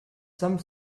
some